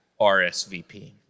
RSVP